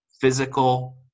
physical